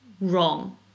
Wrong